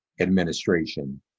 administration